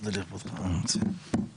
היא לא נצפית בשום צורה.